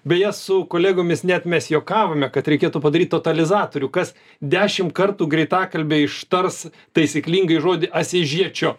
beje su kolegomis net mes juokavome kad reikėtų padaryti totalizatorių kas dešimt kartų greitakalbe ištars taisyklingai žodį asyžiečio